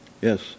Yes